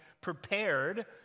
prepared